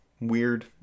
weird